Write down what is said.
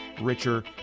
richer